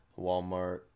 Walmart